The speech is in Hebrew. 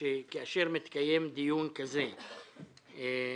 שכאשר מתקיים דיון כזה מיוחד